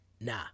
nah